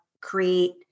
create